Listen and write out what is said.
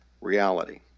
reality